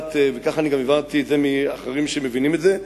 וכך גם הבנתי את זה מאחרים שמבינים את זה,